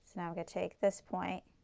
it's now going to take this point,